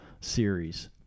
series